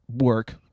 work